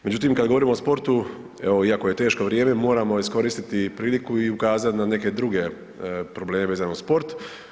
Međutim, kad govorimo o sportu evo iako je teško vrijeme moramo iskoristiti priliku i ukazati na neke druge probleme vezano uz sport.